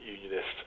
unionist